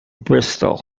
bristol